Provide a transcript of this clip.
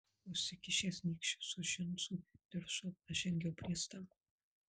užsikišęs nykščius už džinsų diržo aš žengiau prie stalo